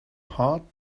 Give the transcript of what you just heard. heart